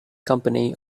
company